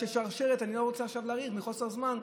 אני לא רוצה להאריך עכשיו, מחוסר זמן,